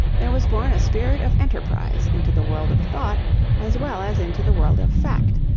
there was born a spirit of enterprise into the world of thought as well as into the world of fact,